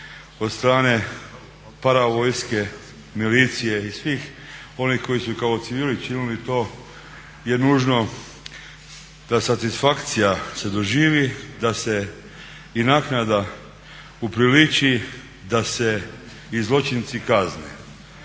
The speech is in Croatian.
od strane paravojske, milicije i svih onih koji su i kao civili činili to je nužno da satisfakcija se doživi, da se i naknada upriliči, da se i zločinci kazne.